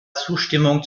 zustimmung